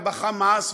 וב"חמאס",